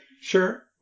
Sure